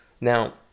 Now